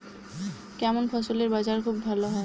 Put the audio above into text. কেমন ফসলের বাজার খুব ভালো হয়?